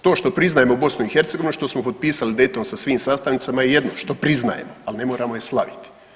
To što priznajemo BiH što smo potpisali Dayton sa svim sastavnicama je jedno što priznajemo, ali ne moramo je slaviti.